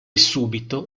subito